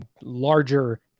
larger